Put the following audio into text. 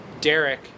Derek